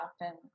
often